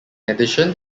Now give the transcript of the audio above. addition